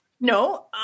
No